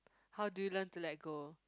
how do you learn to let go